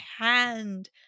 hand